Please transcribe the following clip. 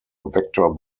vector